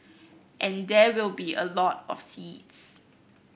and there will be a lot of seeds